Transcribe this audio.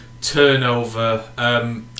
turnover